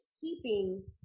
keeping